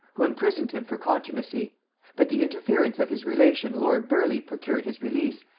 who imprisoned him for contumacy but the interference of his relation lord burleigh procured his release,